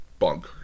Bonkers